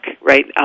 right